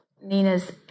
Nina's